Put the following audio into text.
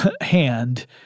hand